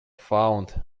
found